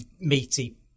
meaty